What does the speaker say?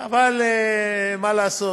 אבל מה לעשות?